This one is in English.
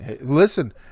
Listen